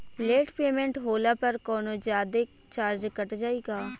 Late payment होला पर कौनोजादे चार्ज कट जायी का?